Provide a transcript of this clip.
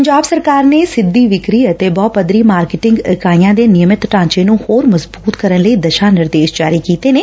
ਪੰਜਾਬ ਸਰਕਾਰ ਨੇ ਸਿੱਧੀ ਵਿਕਰੀ ਅਤੇ ਬਹੁ ਪੱਧਰੀ ਮਾਰਕੀਟਿੰਗ ਇਕਾਈਆਂ ਦੇ ਨਿਯਮਿਤ ਢਾਂਚੇ ਨੂੰ ਹੋਰ ਮਜ਼ਬੂਤ ਕਰਨ ਲਈ ਦਿਸ਼ਾ ਨਿਰਦੇਸ਼ ਜਾਰੀ ਕੀਤੇ ਨੇ